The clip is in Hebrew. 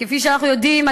כפי שאנחנו יודעים,